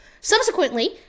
Subsequently